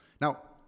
Now